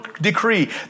decree